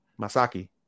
Masaki